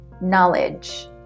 knowledge